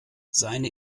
seine